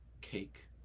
cake